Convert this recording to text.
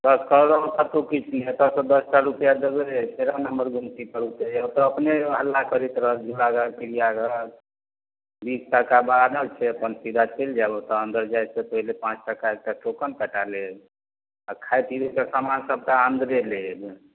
तऽ कहलहुँ कतहुँ किछु नहि एतऽसँ दशटा रुपआ देबै तेरह नम्बर गुमती पर उतरि जाउ ओतऽ अपने हल्ला करैत रहत झुलाघर चिड़ियाँघर बीस टाका बान्हल छै अपन सीधा चलि जाएब ओतऽ अन्दर जाइ सँ पहिले पाँच टका एकटा टोकन कटा लेब आ खाइ पीबैके समान सबटा अन्दरे लेब